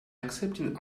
accepting